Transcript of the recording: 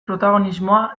protagonismoa